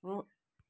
हो